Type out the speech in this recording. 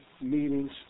meetings